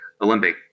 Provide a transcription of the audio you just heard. Olympic